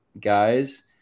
guys